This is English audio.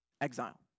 Exile